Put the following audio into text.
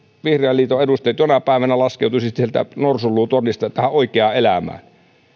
vihreän liiton edustajat jonain päivänä laskeutuisitte sieltä norsunluutornista oikeaan elämään